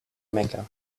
mecca